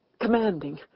commanding